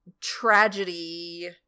tragedy